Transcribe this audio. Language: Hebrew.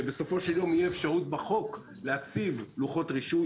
שבסופו של יום תהיה אפשרות בחוק להציב לוחיות רישוי.